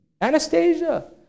anastasia